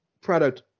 product